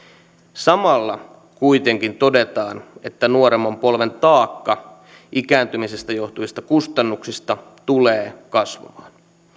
samalla kuitenkin todetaan että nuoremman polven taakka ikääntymisestä johtuvista kustannuksista tulee kasvamaan